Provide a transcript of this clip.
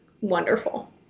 wonderful